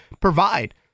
provide